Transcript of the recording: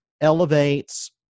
elevates